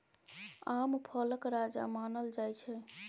आम फलक राजा मानल जाइ छै